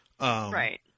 Right